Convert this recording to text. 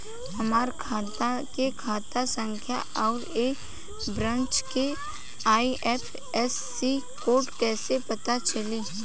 हमार खाता के खाता संख्या आउर ए ब्रांच के आई.एफ.एस.सी कोड कैसे पता चली?